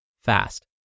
fast